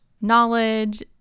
knowledge